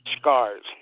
scars